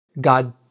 God